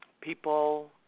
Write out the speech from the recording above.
People